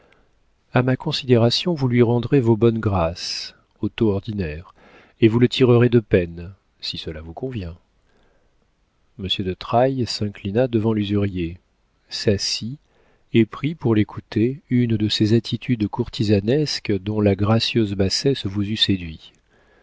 a ma considération vous lui rendrez vos bonnes grâces au taux ordinaire et vous le tirerez de peine si cela vous convient monsieur de trailles s'inclina devant l'usurier s'assit et prit pour l'écouter une de ces attitudes courtisanesques dont la gracieuse bassesse vous eût séduit